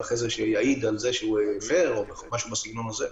ואחרי זה שיעיד על זה שהוא הפר או משהו בסגנון הזה.